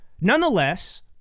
nonetheless